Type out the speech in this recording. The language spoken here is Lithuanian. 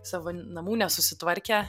savo namų nesusitvarkę